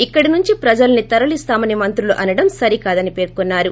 ఇక్కడి నుంచి ప్రజల్సి తరలిస్తామని మంత్రులు అనడం సరికాదని పేర్కొన్నారు